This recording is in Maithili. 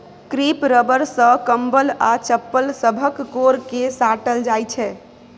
क्रीप रबर सँ कंबल आ चप्पल सभक कोर केँ साटल जाइ छै